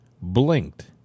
blinked